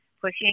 pushing